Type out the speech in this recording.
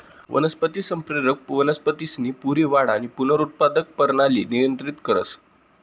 वनस्पती संप्रेरक वनस्पतीसनी पूरी वाढ आणि पुनरुत्पादक परणाली नियंत्रित करस